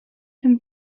him